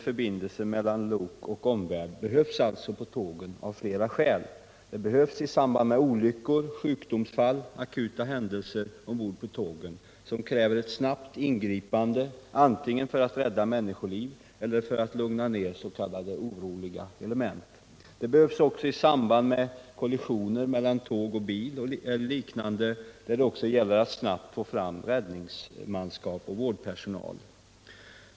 förbindelse mellan lok och omvärld behövs alltså på tågen, av flera skäl. Den behövs i samband med olyckor, sjukdomsfall eller akuta händelser ombord på tågen som kräver ett snabbt ingripande antingen för att rädda människoliv eller för att lugna ned s.k. oroliga element. Den behövs också i samband med kollisioner mellan tåg och bil eller liknande, där det ju också gäller att snabbt få fram räddningsmanskap och vårdpersonal.